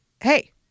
Hey